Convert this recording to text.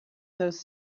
those